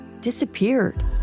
disappeared